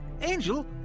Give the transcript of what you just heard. Angel